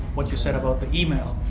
what you said about the email,